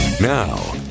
Now